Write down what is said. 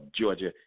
Georgia